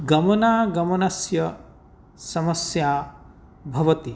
गमनागमनस्य समस्या भवति